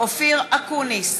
אופיר אקוניס,